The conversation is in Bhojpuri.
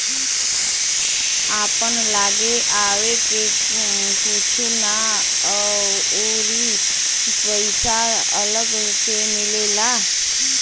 आपन लागे आवे के कुछु ना अउरी पइसा अलग से मिलेला